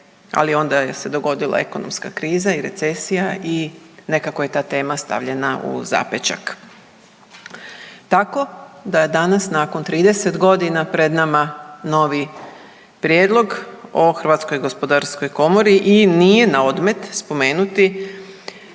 ali onda se dogodila ekonomska kriza i recesija i nekako je ta tema stavljena u zapećak. Tako da je danas nakon 30 godina pred nama novi prijedlog o Hrvatskoj gospodarskoj komori i nije na odmet spomenuti